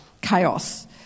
chaos